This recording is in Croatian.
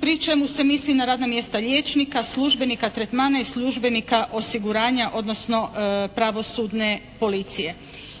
pri čemu se misli na radna mjesta liječnika, službenika, tretmana i službenika osiguranja odnosno pravosudne policije.